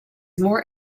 more